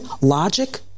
logic